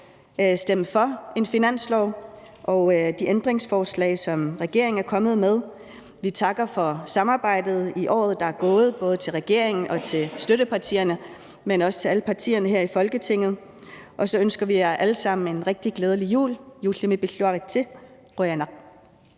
stemme for finanslovsforslaget og de ændringsforslag, som regeringen er kommet med. Vi takker for samarbejdet i året, der er gået, både til regeringen og til støttepartierne, men også til alle andre partier her i Folketinget, og så ønsker vi jer alle sammen en rigtig glædelig jul – juullimi pilluaritsi. Qujanaq.